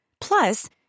Plus